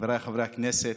חבריי חברי הכנסת,